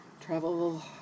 travel